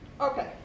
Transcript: Okay